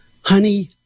Honey